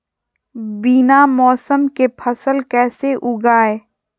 बिना मौसम के फसल कैसे उगाएं?